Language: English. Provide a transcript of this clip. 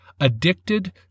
Addicted